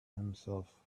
himself